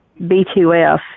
B2F